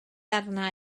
arna